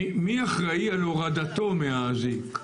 מי אחראי על הורדתו מהאזיק?